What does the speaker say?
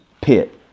pit